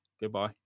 Goodbye